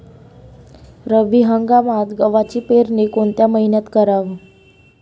रब्बी हंगामात गव्हाची पेरनी कोनत्या मईन्यात कराव?